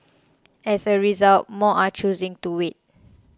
as a result more are choosing to wait